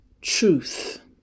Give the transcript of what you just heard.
Truth